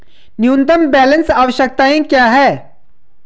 न्यूनतम बैलेंस आवश्यकताएं क्या हैं?